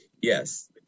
Yes